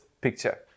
picture